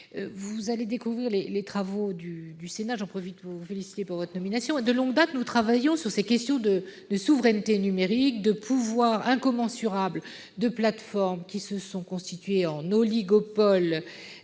Vous allez découvrir les travaux du Sénat- j'en profite pour vous féliciter de votre nomination. De longue date, nous travaillons sur les questions de souveraineté numérique, du pouvoir incommensurable des plateformes, qui se sont constituées en oligopoles